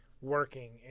working